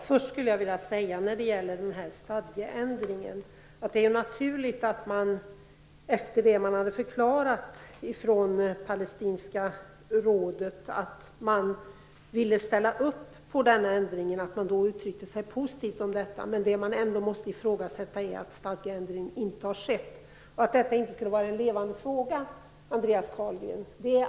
Fru talman! Det är naturligt att det palestinska rådet, efter det att rådet förklarat sig villigt att ställa upp på en stadgeändring, uttrycker sig positivt om en sådan. Det som måste ifrågasättas är att någon stadgeändring inte har skett. Det är alldeles fel att det inte skulle vara en levande fråga, Andreas Carlgren.